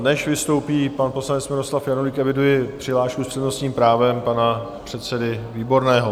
Než vystoupí pan poslanec Miloslav Janulík, eviduji přihlášku s přednostním právem pana předsedy Výborného.